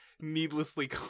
needlessly